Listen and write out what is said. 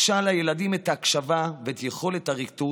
היא מקשה על הילדים את ההקשבה ואת יכולת הריכוז,